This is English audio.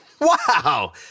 wow